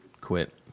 quit